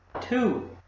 two